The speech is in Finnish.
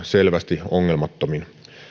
selvästi ongelmattomin